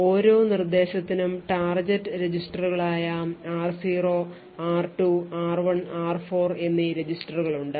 ഓരോ നിർദ്ദേശത്തിനും ടാർഗെറ്റ് രജിസ്റ്ററുകളായ r0 r2 r1 r4 എന്നീ രജിസ്റ്ററുകൾ ഉണ്ട്